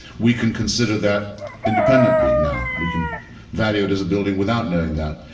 we can consider that independently now. we can value this building without knowing that.